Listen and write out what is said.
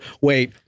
wait